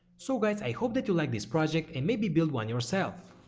so, guys i hope that you like this project and maybe build one yourself.